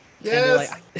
Yes